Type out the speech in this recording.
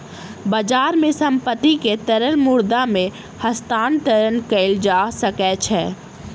बजार मे संपत्ति के तरल मुद्रा मे हस्तांतरण कयल जा सकै छै